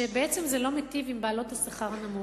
שבעצם זה לא מיטיב עם בעלות השכר הנמוך,